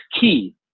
key